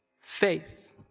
faith